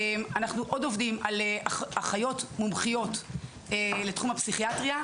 אנחנו עוד עובדים על אחיות מומחיות לתחום הפסיכיאטריה.